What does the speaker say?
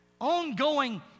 ongoing